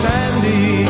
Sandy